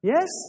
Yes